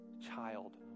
child